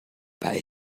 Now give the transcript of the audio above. bei